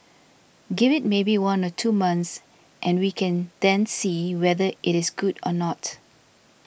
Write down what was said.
give it maybe one or two months and we can then see whether it is good or not